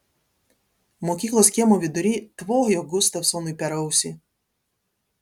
mokyklos kiemo vidury tvojo gustavsonui per ausį